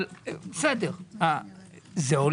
אבל זה עולה?